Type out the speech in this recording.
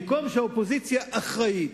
במקום שאופוזיציה אחראית,